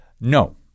No